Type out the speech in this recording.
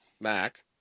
Mac